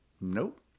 Nope